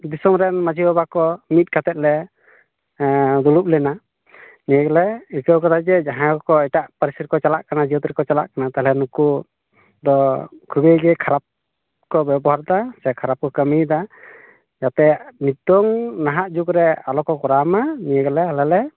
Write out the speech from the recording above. ᱫᱤᱥᱚᱢ ᱨᱮᱱ ᱢᱟᱺᱡᱷᱤ ᱵᱟᱵᱟ ᱠᱚ ᱢᱤᱫ ᱠᱟᱛᱮᱫ ᱞᱮ ᱫᱩᱲᱩᱵ ᱞᱮᱱᱟ ᱱᱤᱭᱟᱹ ᱜᱮᱞᱮ ᱤᱠᱟᱹᱣ ᱠᱟᱫᱟ ᱡᱮ ᱡᱟᱦᱟᱸᱭ ᱠᱚ ᱮᱴᱟᱜ ᱯᱟᱹᱨᱥᱤ ᱨᱮᱠᱚ ᱪᱟᱞᱟᱜ ᱠᱟᱱᱟ ᱡᱟᱹᱛ ᱨᱮᱠᱚ ᱪᱟᱞᱟᱜ ᱠᱟᱱᱟ ᱛᱟᱦᱚᱞᱮ ᱱᱩᱠᱩ ᱫᱚ ᱠᱷᱩᱵᱤᱜᱮ ᱠᱷᱟᱨᱟᱯ ᱠᱚ ᱵᱮᱵᱚᱦᱟᱨᱫᱟ ᱥᱮ ᱠᱷᱟᱨᱟᱯ ᱠᱚ ᱠᱟᱹᱢᱤᱫᱟ ᱡᱟᱛᱮ ᱱᱤᱛᱚᱝ ᱱᱟᱦᱟᱜ ᱡᱩᱜᱽ ᱨᱮ ᱟᱞᱚᱠᱚ ᱠᱚᱨᱟᱣᱢᱟ ᱱᱤᱭᱟᱹ ᱜᱮᱞᱮ ᱟᱞᱮᱞᱮ